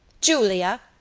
julia!